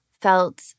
felt